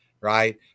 Right